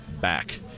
back